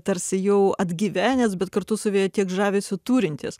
tarsi jau atgyvenęs bet kartu savyje tiek žavesio turintis